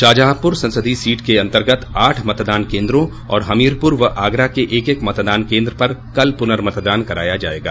शाहजहांपुर संसदीय सीट के अन्तर्गत आठ मतदान केन्द्रों और हमीरपुर व आगरा के एक एक मतदान केन्द्र पर कल पुनर्मतदान कराया जायेगा